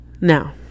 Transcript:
Now